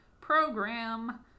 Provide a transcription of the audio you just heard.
program